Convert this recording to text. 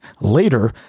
later